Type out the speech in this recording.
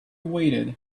waited